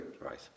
Right